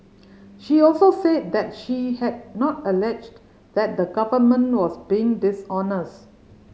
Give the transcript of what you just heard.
she also said that she had not alleged that the Government was being dishonest